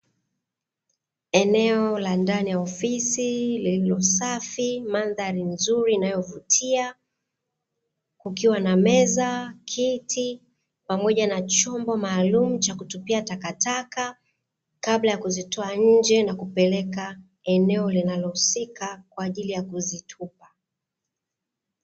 Eneo la ndani ya ofisi lenye usafi, mandhari nzuri inayovutia, kukiwa na meza, kiti pamoja na chombo maalumu cha kutupia takataka kabla ya kuzitoa nje, na kupeleka eneo linalohusika kwaajili ya kuzitupa.